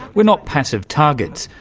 we're not passive targets,